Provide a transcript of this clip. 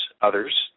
others